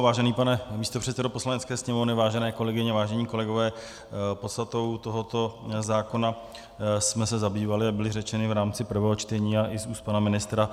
Vážený pane místopředsedo Poslanecké sněmovny, vážené kolegyně, vážení kolegové, podstatou tohoto zákona jsme se zabývali a byla řečena v rámci prvého čtení a i z úst pana ministra.